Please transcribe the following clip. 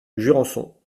jurançon